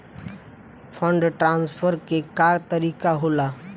Fund transfer के का तरीका होला?